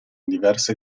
diverse